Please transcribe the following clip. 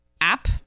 app